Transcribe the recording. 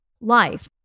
life